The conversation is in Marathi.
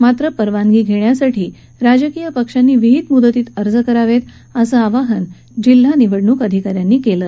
मात्र परवानगी घेण्यासाठी राजकीय पक्षांनी विहित मुदतीत अर्ज करावेत असं आवाहन जिल्हा निवडणूक अधिकारी तथा जिल्हाधिकारी डॉ